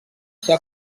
ser